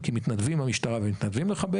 כשנוח לנו אנחנו עושים מה שהטכנולוגיה